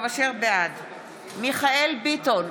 בעד מיכאל מרדכי ביטון,